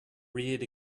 reared